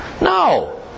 No